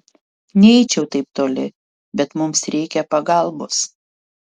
neeičiau taip toli bet mums reikia pagalbos